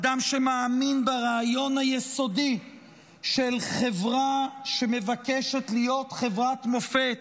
אדם שמאמין ברעיון היסודי של חברה שמבקשת להיות חברת מופת,